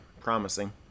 promising